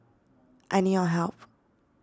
I need your help